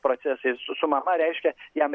procesai su su mama reiškia jam